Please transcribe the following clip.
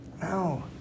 No